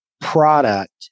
product